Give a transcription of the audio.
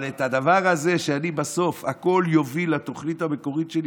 אבל את הדבר הזה שבסוף הכול יוביל לתוכנית המקורית שלי,